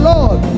Lord